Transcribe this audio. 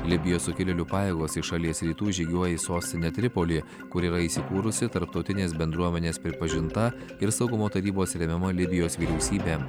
libijos sukilėlių pajėgos iš šalies rytų žygiuoja į sostinę tripolį kur yra įsikūrusi tarptautinės bendruomenės pripažinta ir saugumo tarybos remiama libijos vyriausybė